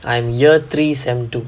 I'm year three semester two